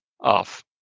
Off